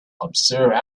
observe